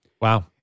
Wow